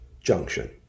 junction